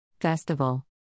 Festival